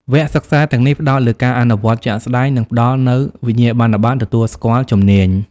វគ្គសិក្សាទាំងនេះផ្តោតលើការអនុវត្តជាក់ស្តែង និងផ្តល់នូវវិញ្ញាបនបត្រទទួលស្គាល់ជំនាញ។